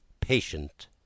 Patient